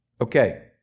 Okay